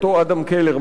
אותו אדם קלר,